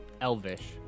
elvish